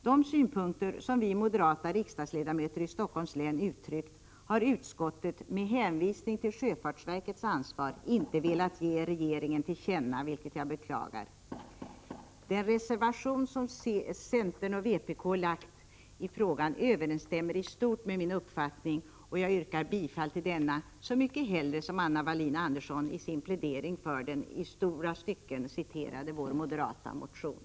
De synpunkter som vi moderata riksdagsledamöter i Stockholms län gett uttryck åt har utskottet med hänvisning till sjöfartsverkets ansvar inte velat ge regeringen till känna, vilket jag beklagar. Den reservation som centern och vpk väckt i frågan överensstämmer i stort med min uppfattning, och jag yrkar därför bifall till denna reservation, så mycket hellre som Anna Wohlin-Andersson i sin plädering för den i stora stycken citerade vår moderata motion.